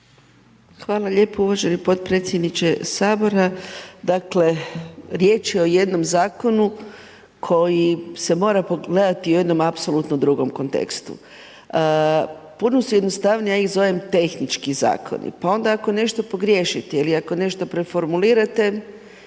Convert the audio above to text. Hvala lijepo uvaženi potpredsjedniče Sabora. Dakle, riječ je o jednom zakonu, koji se mora pogledati u jednom apsolutno drugom kontekstu. Puno su jednostavnije, ja ih zovem tehnički zakoni. Pa onda ako nešto pogriješiti ili ako nešto preformulirate,